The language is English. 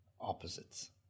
opposites